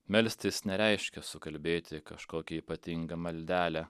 melstis nereiškia sukalbėti kažkokią ypatingą maldelę